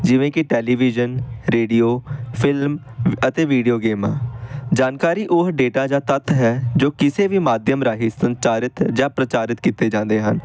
ਜਿਵੇਂ ਕਿ television radio film ਅਤੇ ਵੀਡੀਓ ਗੇਮਾਂ ਜਾਣਕਾਰੀ ਉਹ ਡੇਟਾ ਜਾਂ ਤੱਥ ਹੈ ਜੋ ਕਿਸੇ ਵੀ ਮਾਧਿਅਮ ਰਾਹੀਂ ਸੰਚਾਰਿਤ ਜਾਂ ਪ੍ਰਚਾਰਿਤ ਕੀਤੇ ਜਾਂਦੇ ਹਨ